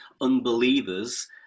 unbelievers